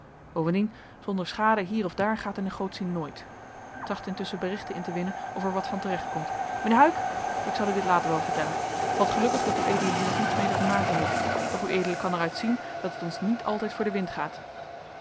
bovendien zonder schade hier of daar gaat de negotie nooit tracht intusschen berichten in te winnen of er wat van te recht komt mijnheer huyck ik zal u dit later wel vertellen t valt gelukkig dat ued hier nog niets mede te maken heeft doch ued kan er uit zien dat het ons niet altijd voor den wind gaat